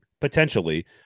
potentially